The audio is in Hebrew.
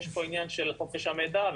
יש פה עניין של חופש המידע,